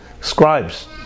scribes